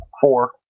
Four